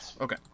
Okay